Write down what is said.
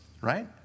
Right